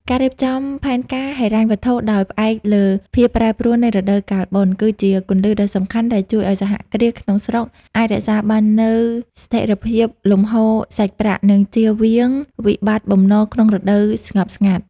ការរៀបចំផែនការហិរញ្ញវត្ថុដោយផ្អែកលើភាពប្រែប្រួលនៃរដូវកាលបុណ្យ គឺជាគន្លឹះដ៏សំខាន់ដែលជួយឱ្យសហគ្រាសក្នុងស្រុកអាចរក្សាបាននូវស្ថិរភាពលំហូរសាច់ប្រាក់ និងចៀសវាងវិបត្តិបំណុលក្នុងរដូវស្ងប់ស្ងាត់។